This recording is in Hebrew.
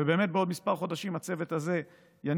ובאמת בעוד כמה חודשים הצוות הזה יניח